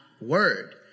word